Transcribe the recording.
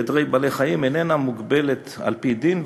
עדרי בעלי-חיים אינם מוגבלים על-פי דין,